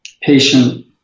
patient